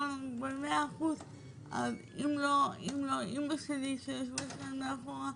לנו ב-100% אז אם לא אימא שלי שנוהגת,